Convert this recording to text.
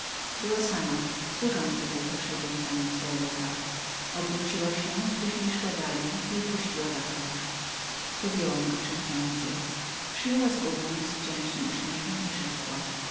była sama służący tylko szedł za nią zdaleka obróciła się poźniej szła dalej i upuściła wachlarz podjąłem go czemprędzej przyjęła go z wdzięcznym uśmiechem i rzekła